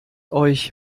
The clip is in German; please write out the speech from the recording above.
euch